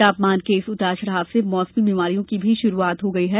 तापमान के इस उतार चढ़ाव से मौसमी बीमारियों की भी शुरूआत हो गई है